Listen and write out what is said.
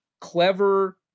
clever